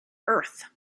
earth